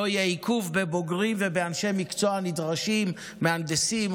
לא יהיה עיכוב בבוגרים ובאנשי מקצוע נדרשים: מהנדסים,